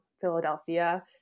Philadelphia